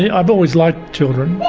yeah i've always liked children.